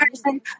person